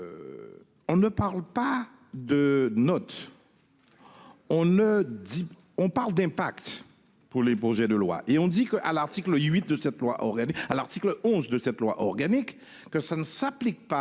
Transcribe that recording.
pas de notes. On ne dit pas. On parle d'impact. Pour les projets de loi et on dit que à l'article 8 de cette loi organique à l'article 11 de cette loi organique que ça ne s'applique pas